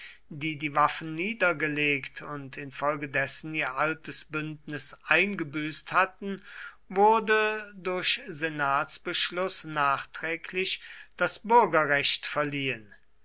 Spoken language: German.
die die waffen niedergelegt und infolgedessen ihr altes bündnis eingebüßt hatten wurde durch senatsbeschluß nachträglich das bürgerrecht verliehen